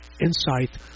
insight